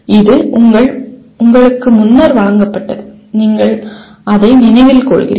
இது உங்களுக்கு முன்னர் வழங்கப்பட்டது நீங்கள் அதை நினைவில் கொள்கிறீர்கள்